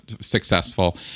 successful